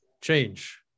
change